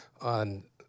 on